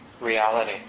reality